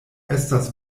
estas